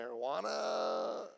marijuana